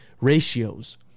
ratios